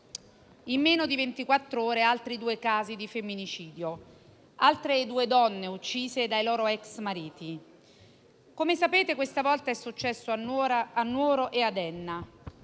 di ventiquattr'ore, altri due casi di femminicidio, altre due donne uccise dai loro ex mariti. Come sapete, questa volta è successo a Nuoro e ad Enna,